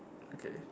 okay